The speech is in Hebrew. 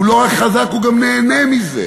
הוא לא רק חזק, הוא גם נהנה מזה.